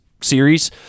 series